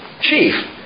chief